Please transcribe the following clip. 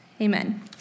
Amen